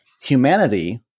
humanity